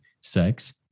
sex